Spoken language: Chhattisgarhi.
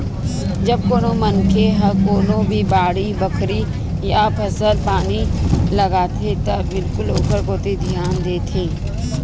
जब कोनो मनखे ह कोनो भी बाड़ी बखरी या फसल पानी लगाथे त बिल्कुल ओखर कोती धियान देथे